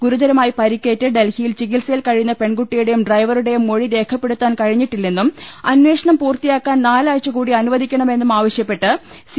ഗുരുതരമായി പരിക്കേറ്റ് ഡൽഹിയിൽ ചികിത്സയിൽ കഴിയുന്ന പെൺകു ട്ടിയുടെയും ഡ്രൈവറുടെയും മൊഴി രേഖപ്പെടുത്താൻ കഴിഞ്ഞിട്ടില്ലെന്നും അന്വേഷണം പൂർത്തിയാക്കാൻ നാലാഴ്ച കൂടി അനുവദിക്കണമെന്നും ആവ ശ്യപ്പെട്ട് സി